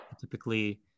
typically